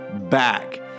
back